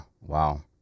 wow